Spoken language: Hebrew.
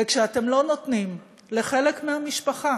וכשאתם לא נותנים לחלק מהמשפחה